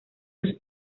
sus